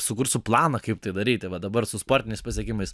sukursiu planą kaip tai daryti va dabar su sportiniais pasiekimais